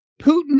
Putin